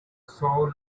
soul